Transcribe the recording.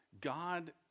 God